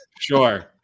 sure